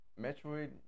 Metroid